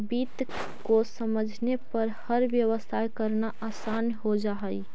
वित्त को समझने पर हर व्यवसाय करना आसान हो जा हई